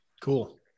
Cool